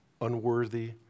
unworthy